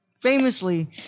famously